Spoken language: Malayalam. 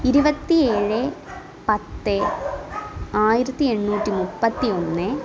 ഇരുപത്തി ഏഴ് പത്ത് ആയിരത്തി എണ്ണൂറ്റി മുപ്പത്തി ഒന്ന്